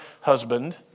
husband